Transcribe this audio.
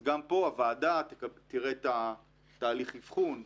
אז גם פה הוועדה תראה את תהליך האבחון,